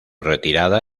retirada